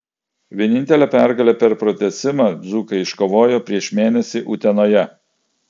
vienintelę pergalę per pratęsimą dzūkai iškovojo prieš mėnesį utenoje